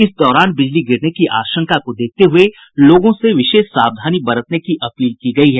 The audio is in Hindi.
इस दौरान बिजली गिरने की आशंका को देखते हुए लोगों से विशेष सावधानी बरतने की अपील की गयी है